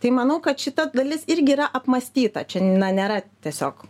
tai manau kad šita dalis irgi yra apmąstyta čia na nėra tiesiog